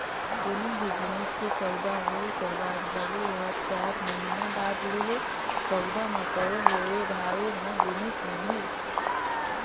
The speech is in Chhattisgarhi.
कोनो भी जिनिस के सउदा होए कर बाद भले ओहर चाएर महिना बाद लेहे, सउदा म तय होए भावे म जिनिस मिलही